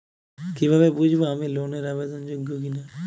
কীভাবে বুঝব আমি লোন এর আবেদন যোগ্য কিনা?